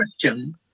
question